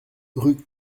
rue